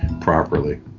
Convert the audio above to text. properly